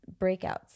breakouts